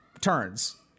turns